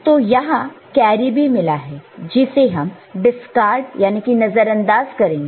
तो यहां कैरी भी मिला है जिसे हम डिस्कार्ड याने की नजरअंदाज कर देंगे